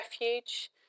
refuge